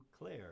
Claire